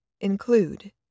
include